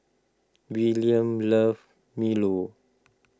Willaim loves Milo